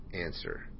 answer